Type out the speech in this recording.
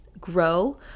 grow